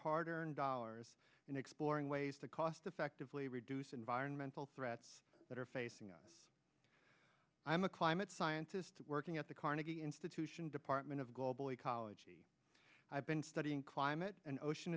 hard earned dollars in exploring ways to cost effectively reduce environmental threats that are facing us i'm a climate scientist working at the carnegie institution department of global ecology i've been studying climate and ocean